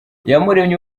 iyamuremye